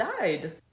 died